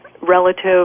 relative